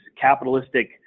capitalistic